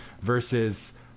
versus